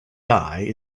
dye